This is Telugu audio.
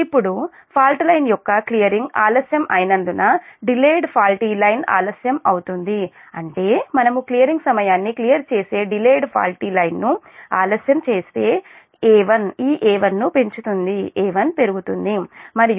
ఇప్పుడు ఫాల్ట్ లైన్ యొక్క క్లియరింగ్ ఆలస్యం అయినందున డిలేయిడ్ ఫాల్ట్ల్టీ లైన్ ఆలస్యం అవుతుంది అంటే మనము క్లియరింగ్ సమయాన్ని క్లియర్ చేసే డిలేయిడ్ ఫాల్ట్ల్టీ లైన్ ను ఆలస్యం చేస్తే A1 ఈ A1 ను పెంచుతుంది A1 పెరుగుతుంది మరియు